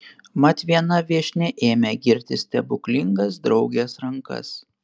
mat viena viešnia ėmė girti stebuklingas draugės rankas